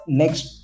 next